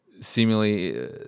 seemingly